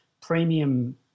premium